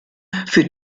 für